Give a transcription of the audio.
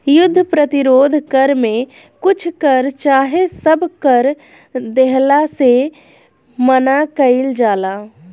युद्ध प्रतिरोध कर में कुछ कर चाहे सब कर देहला से मना कईल जाला